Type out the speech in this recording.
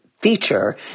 feature